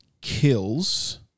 kills